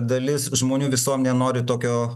dalis žmonių visuomenė nori tokio